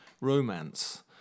romance